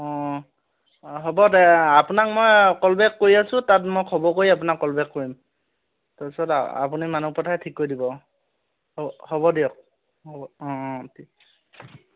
অঁ হ'ব দে আপোনাক মই কল বেক কৰি আছোঁ তাত মই খবৰ কৰি আপোনাক কল বেক কৰিম তাৰপিছত আপুনি মানুহ পথাই ঠিক কৰি দিব অঁ হ'ব হ'ব দিয়ক হ'ব অঁ অঁ ঠিক